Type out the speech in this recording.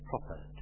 proper